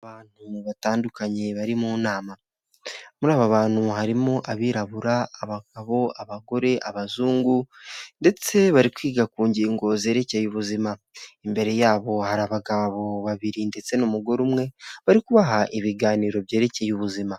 Abantu batandukanye bari mu nama, muri aba bantu harimo abirabura, abagabo, abagore abazungu ndetse bari kwiga ku ngingo zerekeye ubuzima, imbere yabo hari abagabo babiri ndetse n'umugore umwe bari kubaha ibiganiro byerekeye ubuzima.